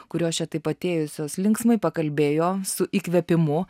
kurios čia taip atėjusios linksmai pakalbėjo su įkvėpimu